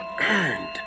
Earned